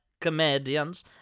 comedians